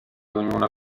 ognuna